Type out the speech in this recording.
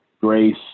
Grace –